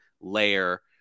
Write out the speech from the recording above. layer